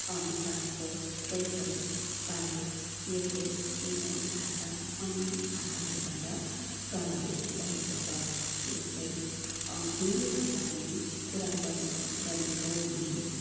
विकासको स्रोतहरू पाए यसरी नेपाली भाषा अन्य भाषाहरूबाट प्रभावित भएको छ जस्तै हिन्दी भाषाको नै कुरा गर्नु गर्ने हो भने